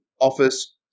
office